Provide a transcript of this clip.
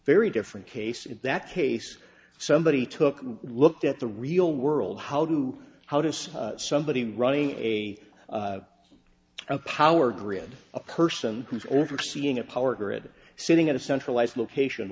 very different case in that case somebody took looked at the real world how do how does somebody run a power grid a person who's overseeing a power grid sitting at a centralized location